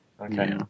Okay